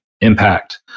impact